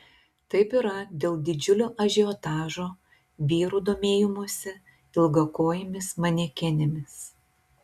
taip yra dėl didžiulio ažiotažo vyrų domėjimosi ilgakojėmis manekenėmis